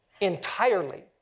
entirely